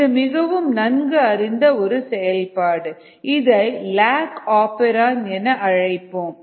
இது மிகவும் நன்கு அறிந்த ஒரு செயல்பாடு இதை லாக் ஆப்பெரான் என அழைப்போம்